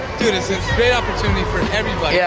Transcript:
dude, it's a great opportunity for everybody, yeah